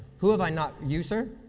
who have i not you, sir?